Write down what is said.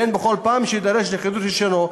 והן בכל פעם שיידרש לחידוש רישיונו.